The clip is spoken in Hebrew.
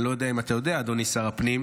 אני לא יודע אם אתה יודע, אדוני שר הפנים,